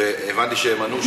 והבנתי שהם ענו,